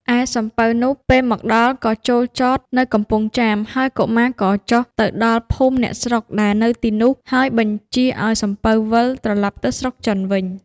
ឯសំពៅនោះ ពេលមកដល់ក៏ចូលចតនៅកំពង់ចាម ហើយកុមារក៏ចុះទៅដល់ភូមិអ្នកស្រុកដែលនៅទីនោះ ហើយបញ្ជាឱ្យសំពៅវិលត្រឡប់ទៅស្រុកចិនវិញ។